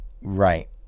Right